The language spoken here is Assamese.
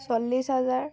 চল্লিছ হাজাৰ